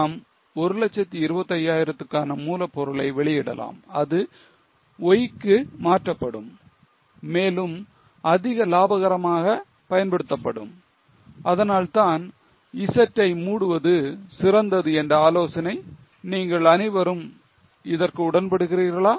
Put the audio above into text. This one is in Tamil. நாம் 125000 துக்கான மூலப் பொருளை வெளியிடலாம் அது Y க்கு க்கு மாற்றப்படும் மேலும் அதிக லாபகரமாக பயன்படுத்தப்படும் அதனால்தான் Z ஐ மூடுவது சிறந்தது என்ற ஆலோசனை நீங்கள் அனைவரும் இதற்கு உடன்படுகிறீர்களா